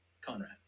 Conrad